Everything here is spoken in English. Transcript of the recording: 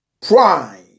pride